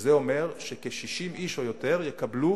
זה אומר שכ-60 איש או יותר יקבלו